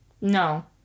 no